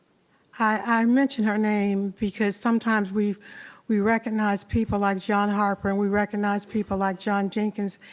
i mention her name, because sometimes we we recognize people like john harper and we recognize people like john jenkins,